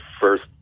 first